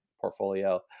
portfolio